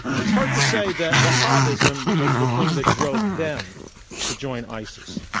it's hard to say that wahhabism was the thing that drove them to join isis.